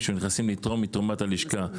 כשנכנסים לתרום מתרומת הנשקה.